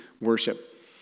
worship